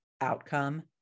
outcome